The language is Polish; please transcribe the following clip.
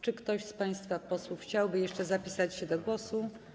Czy ktoś z państwa posłów chciałby jeszcze zapisać się do głosu?